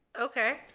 Okay